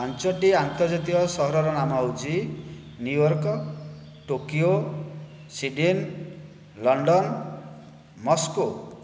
ପାଞ୍ଚଟି ଆନ୍ତର୍ଜାତୀୟ ସହରର ନାମ ହଉଛି New York Tokyo Sydney London Moscow